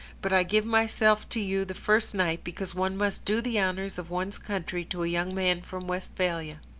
but i give myself to you the first night because one must do the honours of one's country to a young man from westphalia.